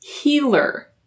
healer